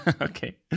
Okay